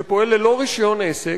שפועל ללא רשיון עסק,